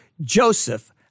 Joseph